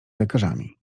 lekarzami